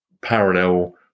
parallel